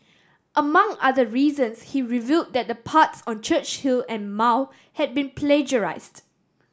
among other reasons he revealed that the parts on Churchill and Mao had been plagiarised